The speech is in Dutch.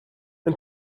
een